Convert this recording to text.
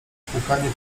płukanie